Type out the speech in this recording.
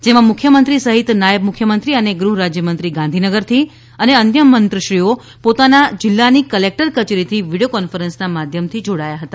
જેમાં મુખ્યમંત્રી સહિત નાયબ મુખ્યમંત્રી અને ગૃહરાજ્યમંત્રી ગાંધીનગરથી અને અન્ય મંત્રીશ્રીઓ પોતાના જીલ્લાની કલેક્ટર કચેરીથી વિડીયો કોન્ફરન્સના માધ્યમથી જોડાયા હતા